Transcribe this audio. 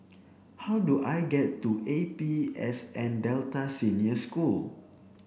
how do I get to A P S N Delta Senior School